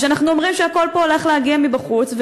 או שאנחנו אומרים שהכול פה הולך להגיע מבחוץ,